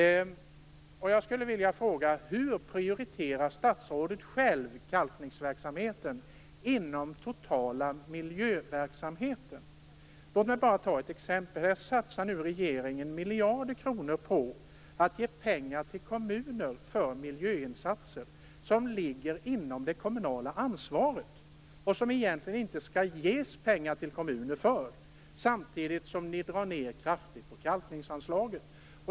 Jag vill därför fråga: Hur prioriterar statsrådet själv kalkningsverksamheten inom den totala miljöverksamheten? Regeringen satsar nu miljarder på att ge pengar till kommuner för miljöinsatser som ligger inom det kommunala ansvaret och som det egentligen inte skall ges pengar till kommunerna för. Samtidigt drar ni ned kraftigt på kalkningsanslaget.